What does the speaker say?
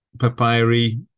papyri